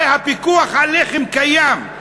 הרי הפיקוח על לחם, קיים.